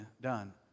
done